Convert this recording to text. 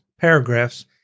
paragraphs